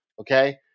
okay